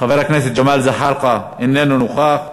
חבר הכנסת ג'מאל זחאלקה, איננו נוכח,